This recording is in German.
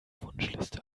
wunschliste